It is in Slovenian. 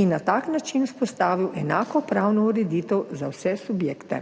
in na tak način vzpostavil enako pravno ureditev za vse subjekte.